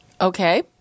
Okay